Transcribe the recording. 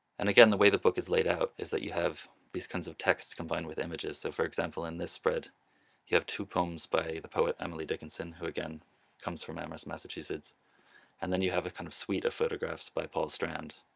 and again the way the book is laid out is that you have these kinds of texts combined with images so for example in this spread you have two poems by the poet emily dickinson who again comes from amherst massachusetts and then you have a kind of suite of photographs by paul strand.